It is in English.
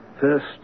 First